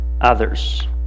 others